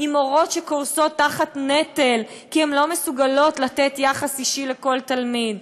עם מורות שקורסות תחת נטל כי הן לא מסוגלות לתת יחס איש לכל תלמיד,